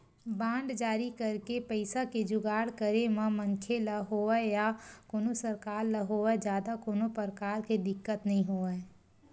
bond जारी करके पइसा के जुगाड़ करे म मनखे ल होवय या कोनो सरकार ल होवय जादा कोनो परकार के दिक्कत नइ होवय